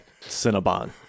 cinnabon